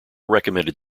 recommended